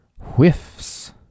whiffs